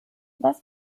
was